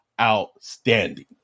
outstanding